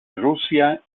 rusia